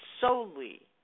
solely